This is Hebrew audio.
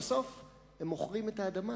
ובסוף הם מוכרים את האדמה,